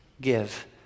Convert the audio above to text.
give